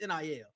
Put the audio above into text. NIL